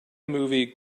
movie